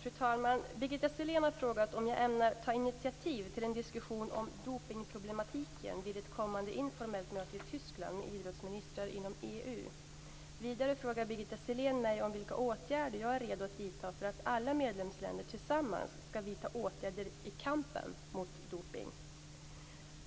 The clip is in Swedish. Fru talman! Birgitta Sellén har frågat om jag ämnar ta initiativ till en diskussion om dopningsproblematiken vid ett kommande informellt möte i Tyskland med idrottsministrar inom EU. Vidare frågar Birgitta Sellén vilka åtgärder jag är redo att vidta för att alla medlemsländer tillsammans skall vidta åtgärder i kampen mot dopning.